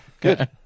Good